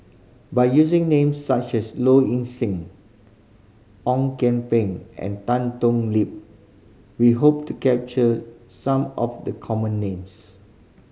by using names such as Low Ing Sing Ong Kian Peng and Tan Thoon Lip we hope to capture some of the common names